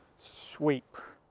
sweep,